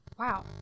Wow